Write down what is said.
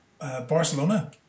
Barcelona